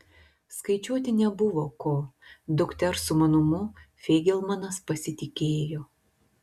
skaičiuoti nebuvo ko dukters sumanumu feigelmanas pasitikėjo